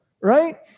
right